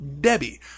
Debbie